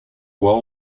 well